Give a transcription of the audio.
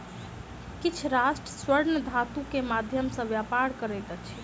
किछ राष्ट्र स्वर्ण धातु के माध्यम सॅ व्यापार करैत अछि